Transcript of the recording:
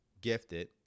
gifted